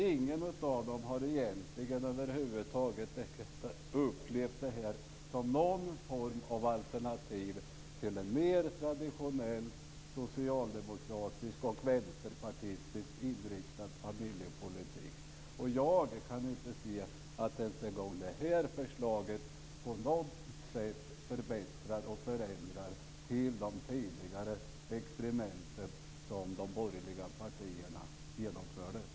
Ingen av dem har egentligen över huvud taget upplevt det vi här talar om som någon form av alternativ till en mer traditionell socialdemokratiskt och vänsterpartistiskt inriktad familjepolitik. Jag kan inte se att ens det här förslaget på något sätt förbättrar eller förändrar i förhållande till de tidigare experiment som de borgerliga partierna genomförde.